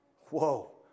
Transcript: Whoa